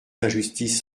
injustices